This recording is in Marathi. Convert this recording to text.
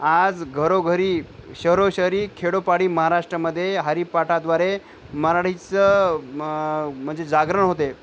आज घरोघरी शहरोशहरी खेडोपाडी महाराष्टामध्ये हरीपाठाद्वारे मराठीचं म्हणजे जागरण होते